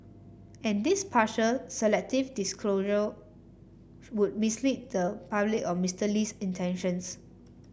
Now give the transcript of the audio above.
and this partial selective disclosure would mislead the public on Mister Lee's intentions